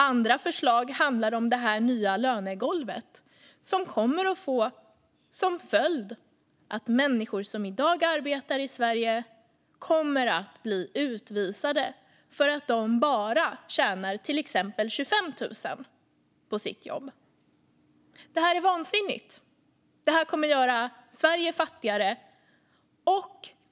Andra förslag handlar om lönegolvet, som kommer att få som följd att människor som i dag arbetar i Sverige kommer att bli utvisade därför att de bara tjänar till exempel 25 000 på sitt jobb. Detta är vansinnigt, och det kommer att göra Sverige fattigare.